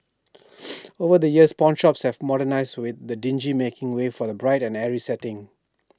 over the years pawnshops have modernised with the dingy making way for A bright and airy setting